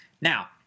Now